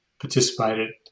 participated